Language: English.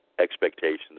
expectations